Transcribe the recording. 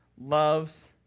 loves